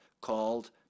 called